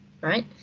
right